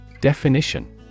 Definition